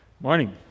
morning